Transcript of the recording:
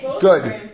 Good